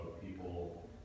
people